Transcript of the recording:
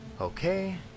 Okay